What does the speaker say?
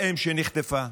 באם שנחטפה.